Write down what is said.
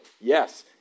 yes